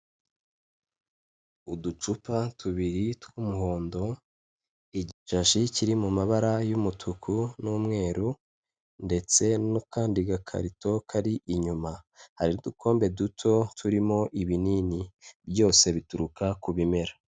Uducupa tubiri tw'umuhondo, igishashi kiri mu mabara y'umutuku n'umweru ndetse n'akandi gakarito kari inyuma, hari udukombe duto turimo ibinini, byose bituruka ku bimera.